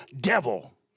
devil